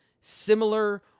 similar